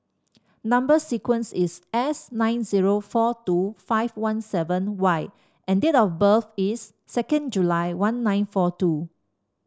number sequence is S nine zero four two five one seven Y and date of birth is second July one nine four two